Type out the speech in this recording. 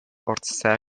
ortskern